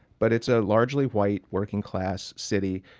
but it's a largely white, working-class city.